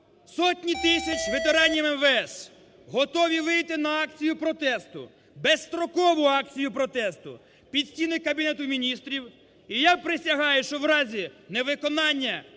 сотні тисяч ветеранів МВС готові вийти на акцію протесту, безстрокову акцію протесту, під стіни Кабінету Міністрів. І я присягаюся, що в разі невиконання